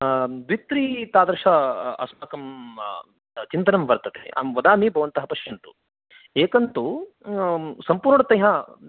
द्वित्रि तादृश अस्माकं चिन्तनं वर्तते अहं वदामि भवन्तः पश्यन्तु एकं तु सम्पूर्णतया